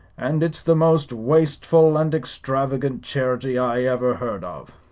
and it's the most wasteful and extravagant charity i ever heard of.